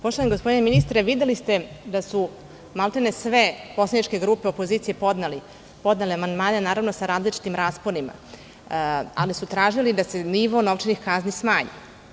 Poštovani gospodine ministre, videli ste da su maltene sve poslaničke grupe opozicije podnele amandmane, naravno sa različitim rasponima, ali su tražili da se nivo novčanih kazni smanji.